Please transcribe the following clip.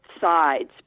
sides